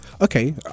okay